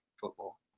football